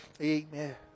Amen